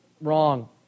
Wrong